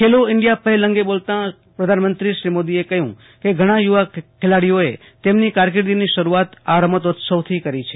ખેલો India પહેલ અંગે બોલતાં પ્રધાનમંત્રી કહ્યું કે ઘજ્ઞાં યુવા ખેલાડીઓએ તેમની કારકીર્દીની શરૂઆત આ રમતોત્સવથી કરી છે